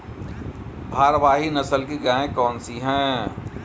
भारवाही नस्ल की गायें कौन सी हैं?